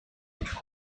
huge